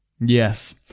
Yes